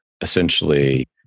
essentially